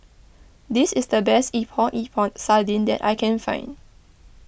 this is the best Epok Epok Sardin that I can find